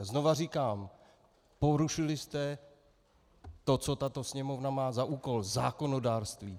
A znovu říkám, porušili jste to, co tato Sněmovna má za úkol, zákonodárství.